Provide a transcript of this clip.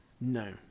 No